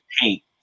paint